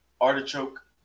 artichoke